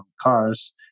cars